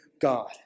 God